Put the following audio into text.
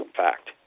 fact